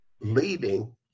leading